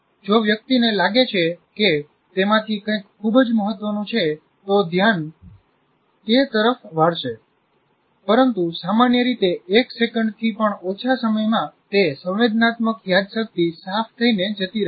જો વ્યક્તિને લાગે છે કે તેમાંથી કંઈક ખૂબ જ મહત્વપૂર્ણ છે તો ધ્યાન તે તરફ વાળશે પરંતુ સામાન્ય રીતે એક સેકન્ડથી પણ ઓછા સમયમાં તે સંવેદનાત્મક યાદશક્તિ સાફ થઈ ને જતી રહે છે